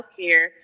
healthcare